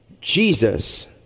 Jesus